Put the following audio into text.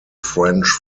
french